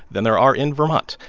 than there are in vermont.